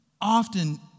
often